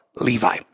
Levi